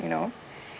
you know